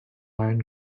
iron